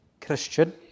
Christian